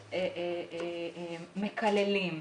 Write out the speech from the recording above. מקללים,